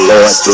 Lord